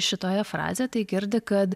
šitoje frazę tai girdi kad